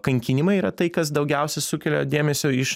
kankinimai yra tai kas daugiausia sukelia dėmesio iš